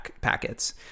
packets